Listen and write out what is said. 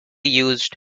used